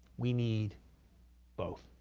we need both.